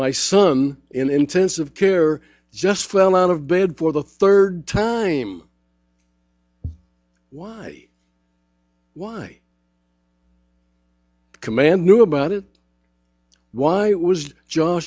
mice son in intensive care just fell out of bed for the third time why why command knew about it why it was jo